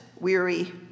weary